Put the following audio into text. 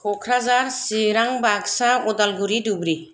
Kokrajhar Chirang Baksa Udalguri Dhubri